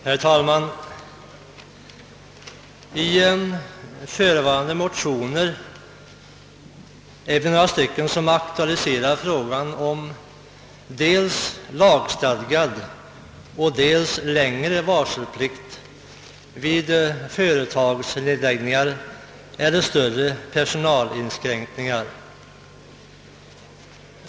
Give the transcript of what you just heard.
Herr talman! I förevarande motioner har några riksdagsledamöter aktualiserat frågan om dels lagstadgad, dels längre varselplikt vid företagsnedläggningar eller större personalinskränkningar.